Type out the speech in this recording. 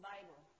Bible